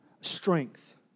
strength